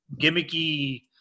gimmicky